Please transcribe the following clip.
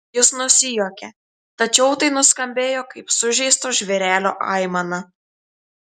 jis nusijuokė tačiau tai nuskambėjo kaip sužeisto žvėrelio aimana